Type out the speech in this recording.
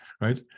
right